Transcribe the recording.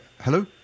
hello